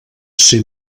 ser